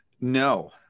no